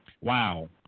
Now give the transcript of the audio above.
wow